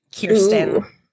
Kirsten